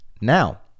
Now